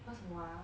那个什么 ah